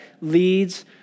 leads